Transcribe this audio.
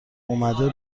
اومده